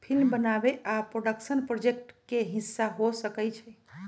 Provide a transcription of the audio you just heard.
film बनाबे आ production project के हिस्सा हो सकइ छइ